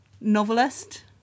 novelist